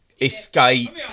escape